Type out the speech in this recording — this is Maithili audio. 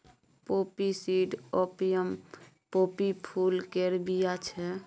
पोपी सीड आपियम पोपी फुल केर बीया छै